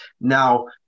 Now